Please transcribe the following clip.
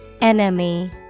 Enemy